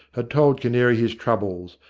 had told canary his troubles,